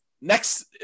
next